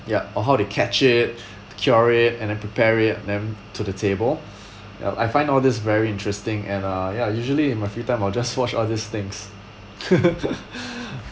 ya or how they catch it cure it and then prepare it and then to the table ya I find all this very interesting and uh ya usually in my free time I'll just watch all these things